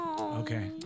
Okay